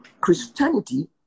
Christianity